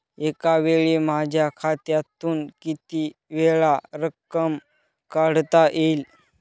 एकावेळी माझ्या खात्यातून कितीवेळा रक्कम काढता येईल?